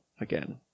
again